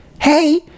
hey